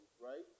right